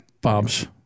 bob's